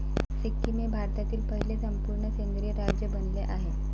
सिक्कीम हे भारतातील पहिले संपूर्ण सेंद्रिय राज्य बनले आहे